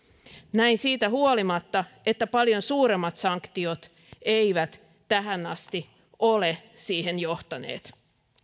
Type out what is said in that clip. näin siitä huolimatta että paljon suuremmat sanktiot eivät tähän asti ole siihen johtaneet